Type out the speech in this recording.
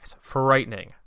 Frightening